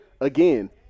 again